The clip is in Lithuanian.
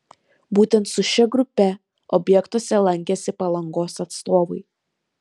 būtent su šia grupe objektuose lankėsi palangos atstovai